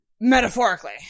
Metaphorically